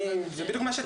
זה בדיוק מה שטענתי.